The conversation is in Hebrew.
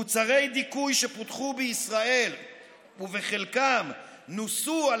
מוצרי דיכוי שפותחו בישראל ובחלקם נוסו על